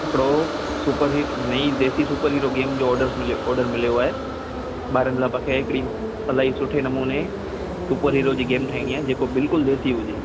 हिकिड़ो सूपर ही नईं देसी सूपर हीरो गेम जो ऑडर्स मिलियो ऑडर मिलियो आहे ॿारनि लाइ बखे हिकिड़ी अलाई सुठे नमूने सूपर हीरो जी गेम ठाहिणी आहे जेको बिल्कुलु देसी हुजे